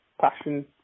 passion